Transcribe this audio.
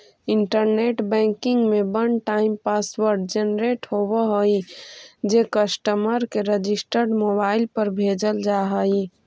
internet banking में one time password generate होवऽ हइ जे कस्टमर के रजिस्टर्ड मोबाइल पर भेजल जा हइ